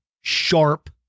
sharp